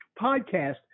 podcast